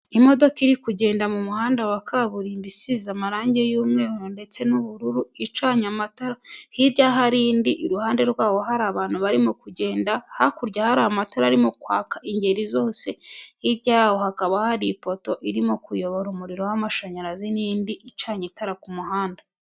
Imodoka iri kugenda mu muhanda wa kaburimbo isize amarangi y'umweru ndetse n'ubururu icanye amatara, hirya hari indi, iruhande rwaho hari abantu barimo kugenda, hakurya hari amatara arimo kwaka ingeri zose, hirya yaho hakaba hari ipoto irimo kuyobora umuriro w'amashanyarazi n'indi icanye itara ku muhanda.